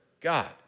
God